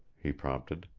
he prompted.